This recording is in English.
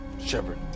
Shepard